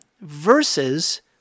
versus